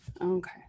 okay